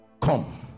come